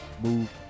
move